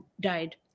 died